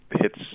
hits